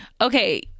okay